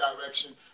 direction